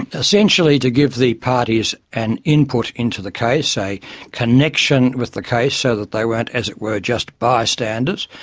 essentially to give the parties an input into the case, a connection with the case so that they weren't, as it were, just bystanders,